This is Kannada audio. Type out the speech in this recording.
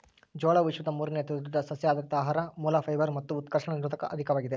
ಜೋಳವು ವಿಶ್ವದ ಮೂರುನೇ ಅತಿದೊಡ್ಡ ಸಸ್ಯಆಧಾರಿತ ಆಹಾರ ಮೂಲ ಫೈಬರ್ ಮತ್ತು ಉತ್ಕರ್ಷಣ ನಿರೋಧಕ ಅಧಿಕವಾಗಿದೆ